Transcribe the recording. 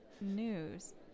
news